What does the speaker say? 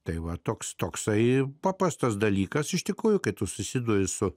tai va toks toksai paprastas dalykas iš tikrųjų kai tu susiduri su